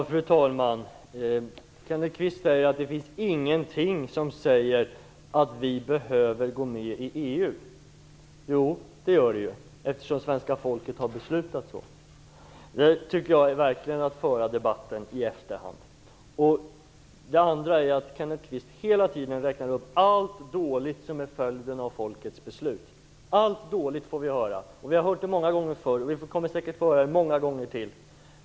Fru talman! Kenneth Kvist säger att det inte finns någonting som säger att vi behöver gå med i EU. Jo, svenska folket har beslutat så. Jag tycker verkligen att Kenneth Kvist nu för debatten i efterhand. Kenneth Kvist räknar vidare hela tiden upp allt dåligt som kan bli följden av folkets beslut. Vi har hört det många gånger förut och kommer säkert att få höra det många gånger till.